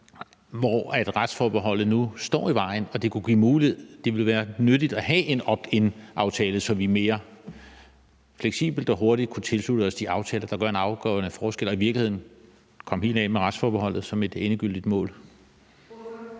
hvor retsforbeholdet nu står i vejen, og at det ville være nyttigt at have en optinaftale, så vi mere fleksibelt og hurtigt kunne tilslutte os de aftaler, der gør en afgørende forskel, og i virkeligheden som et endegyldigt mål